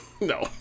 no